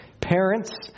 Parents